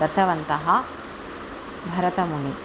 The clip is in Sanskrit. दत्तवन्तः भरतमुनेः